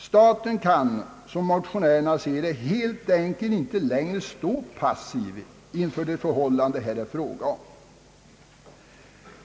Staten kan, som motionärerna ser det, helt enkelt inte längre stå passiv inför de förhållanden det här är fråga om.